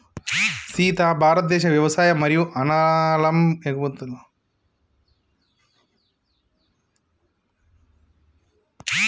సీత భారతదేశ వ్యవసాయ మరియు అనాలం ఎగుమతుం లక్షల కోట్లలో జరుగుతాయి